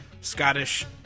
Scottish